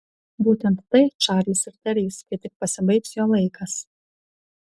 būtent tai čarlis ir darys kai tik pasibaigs jo laikas